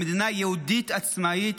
במדינה יהודית עצמאית,